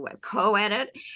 co-edit